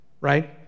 right